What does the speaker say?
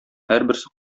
һәрберсе